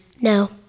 No